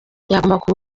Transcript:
yagombaga